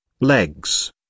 legs